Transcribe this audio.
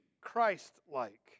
Christ-like